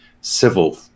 civil